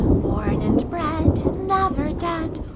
born and bred never dead,